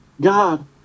God